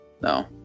No